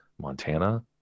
Montana